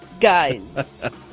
Guys